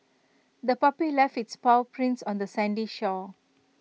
the puppy left its paw prints on the sandy shore